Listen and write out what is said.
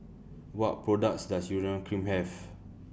What products Does Urea Cream Have